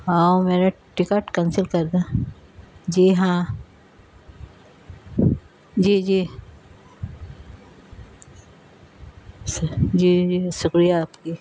ہاں میرا ticket cancel کر دیں جی ہاں جی جی جی جی شکریہ آپ کی